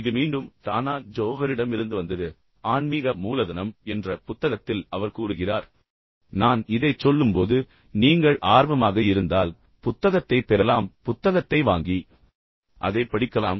இது மீண்டும் டானா ஜோஹரிடமிருந்து வந்தது ஆன்மீக மூலதனம் என்ற புத்தகத்தில் அவர் கூறுகிறார் நான் இதைச் சொல்லும்போது நீங்கள் ஆர்வமாக இருந்தால் புத்தகத்தைப் பெறலாம் புத்தகத்தை வாங்கி அதைப் படிக்கலாம்